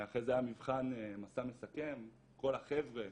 ואחרי זה היה מבחן מסע מסכם, כל החבר'ה